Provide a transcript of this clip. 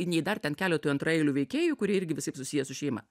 nei dar ten keletui antraeilių veikėjų kurie irgi visaip susiję su šeima